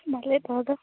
ভালেই তহঁতৰ